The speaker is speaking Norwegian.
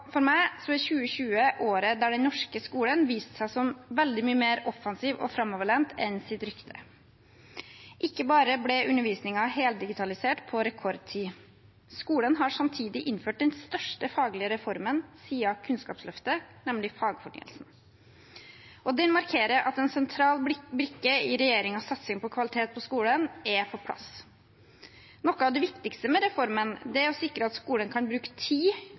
For meg er 2020 året da den norske skolen viste seg som veldig mye mer offensiv og framoverlent enn sitt rykte. Ikke bare ble undervisningen heldigitalisert på rekordtid – skolen har samtidig innført den største faglige reformen siden Kunnskapsløftet, nemlig fagfornyelsen. Den markerer at en sentral brikke i regjeringens satsing på kvalitet i skolen er på plass. Noe av det viktigste ved reformen er å sikre at skolen kan bruke tid